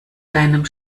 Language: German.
deinem